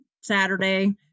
Saturday